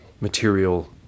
material